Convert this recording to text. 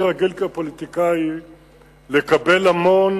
אני רגיל כפוליטיקאי לקבל המון